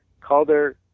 Calder